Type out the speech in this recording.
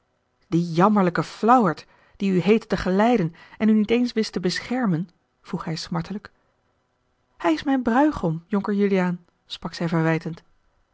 die jammerlijke flauwert die u heette te geleiden en u niet eens wist te beschermen vroeg hij smartelijk hij is mijn bruîgom jonker juliaan sprak zij verwijtend